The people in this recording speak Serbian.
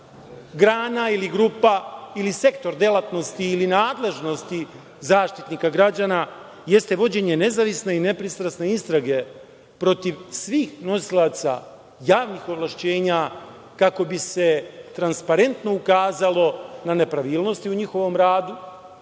grana ili grupa ili sektor delatnosti ili nadležnosti Zaštitnika građana, jeste vođenje nezavisne i nepristrasne istrage protiv svih nosilaca javnih ovlašćenja, kako bi se transparentno ukazalo na nepravilnosti u njihovom radu,